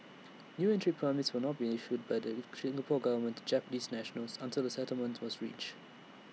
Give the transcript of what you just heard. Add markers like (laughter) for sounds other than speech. new entry permits would not be issued by the (unintelligible) Singapore Government to Japanese nationals until A settlement was reached